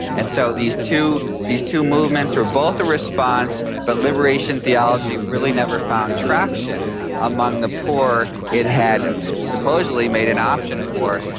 and so these two these two movements are both a response but liberation theology really never found traction among the poor it had supposedly made an option for,